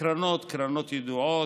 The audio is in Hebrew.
הקרנות הן קרנות ידועות,